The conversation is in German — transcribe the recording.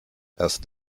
erst